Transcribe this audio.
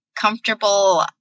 comfortable